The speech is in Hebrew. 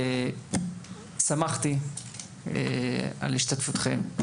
שמחתי על השתתפותכם.